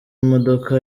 imodoka